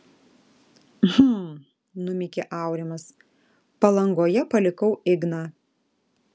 hm numykė aurimas palangoje palikau igną